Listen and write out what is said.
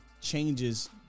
changes